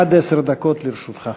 עד עשר דקות לרשותך.